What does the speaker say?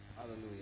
Hallelujah